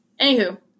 Anywho